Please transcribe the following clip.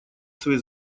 свои